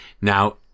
Now